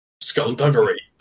skullduggery